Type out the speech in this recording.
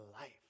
life